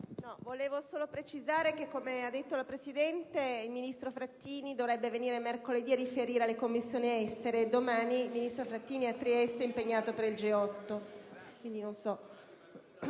Volevo solo precisare che, come ha detto la Presidente, il ministro Frattini dovrebbe venire mercoledì a riferire alle Commissioni esteri di Camera e Senato. Domani il ministro Frattini è a Trieste, impegnato per il G8.